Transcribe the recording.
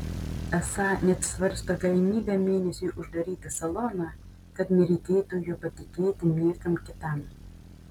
esą net svarsto galimybę mėnesiui uždaryti saloną kad nereikėtų jo patikėti niekam kitam